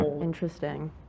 interesting